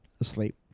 asleep